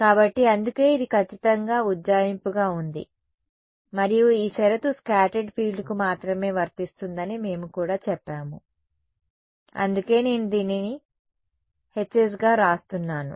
కాబట్టి అందుకే ఇది ఖచ్చితంగా ఉజ్జాయింపుగా ఉంది మరియు ఈ షరతు స్కాటర్డ్ ఫీల్డ్కు మాత్రమే వర్తిస్తుందని మేము కూడా చెప్పాము అందుకే నేను దీన్ని Hs గా వ్రాస్తున్నాను